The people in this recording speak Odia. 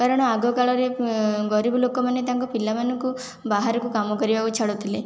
କାରଣ ଆଗକାଳରେ ଗରିବ ଲୋକମାନେ ତାଙ୍କ ପିଲାମାନଙ୍କୁ ବାହାରକୁ କାମ କରିବାକୁ ଛାଡ଼ୁଥିଲେ